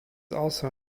also